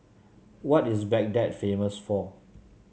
what is Baghdad famous for